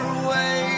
away